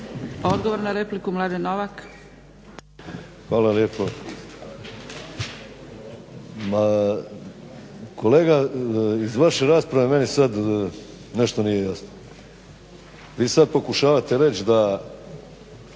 - Stranka rada)** Hvala lijepa. Kolega, iz vaše rasprave meni sad nešto nije jasno. Vi sad pokušavate reći da